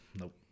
Nope